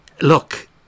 Look